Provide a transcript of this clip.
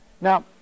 Now